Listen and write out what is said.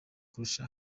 kurusha